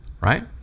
right